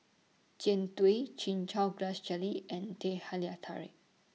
Jian Dui Chin Chow Grass Jelly and Teh Halia Tarik